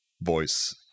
voice